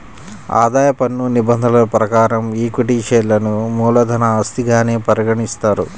ఆదాయ పన్ను నిబంధనల ప్రకారం ఈక్విటీ షేర్లను మూలధన ఆస్తిగానే పరిగణిస్తారు